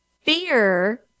Fear